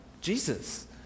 Jesus